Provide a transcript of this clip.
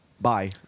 Bye